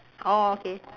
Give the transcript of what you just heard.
orh okay